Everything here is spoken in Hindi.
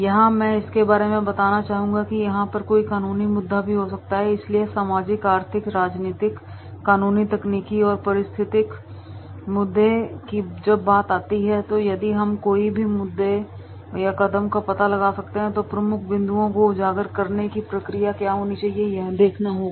यहां मैं इसके बारे में बताना चाहूंगा कि यहां पर कोई कानूनी मुद्दा भी हो सकता है इसलिए सामाजिक आर्थिक राजनीतिक कानूनी तकनीकी और परिस्थितिक मुद्दे की जब बात आती है तो यदि कोई भी कदम मुद्दे का पता लगा सकता है तो प्रमुख बिंदुओं को उजागर करने की प्रक्रिया क्या होनी चाहिए यह देखना होगा